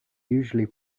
usually